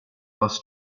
bus